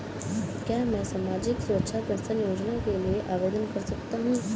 क्या मैं सामाजिक सुरक्षा पेंशन योजना के लिए आवेदन कर सकता हूँ?